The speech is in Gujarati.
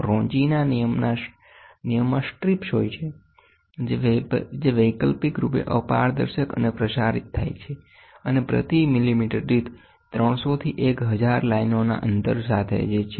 Ronchiના નિયમમાં સ્ટ્રિપ્સ હોય છે જે વૈકલ્પિક રૂપે અપારદર્શક અને પ્રસારિત થાય છે અને પ્રતિ મિલીમીટર દીઠ 300 થી 1000 લાઇનોના અંતર સાથે જે છે